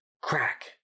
Crack